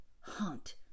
hunt